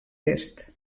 oest